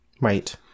right